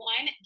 One